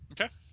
okay